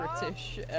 British